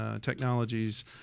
technologies